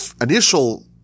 initial